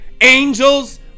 angels